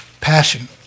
Passion